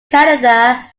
canada